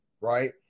right